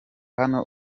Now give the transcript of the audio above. hano